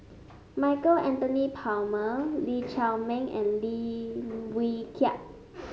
Michael Anthony Palmer Lee Chiaw Meng and Lim Wee Kiak